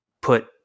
put